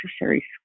necessary